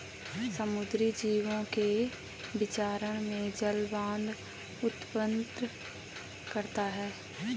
समुद्री जीवों के विचरण में जाल बाधा उत्पन्न करता है